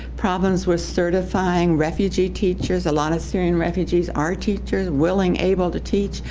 problems with certifying refugee teachers. a lot of syrian refugees are teachers willing, able to teach,